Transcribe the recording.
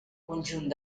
conjunt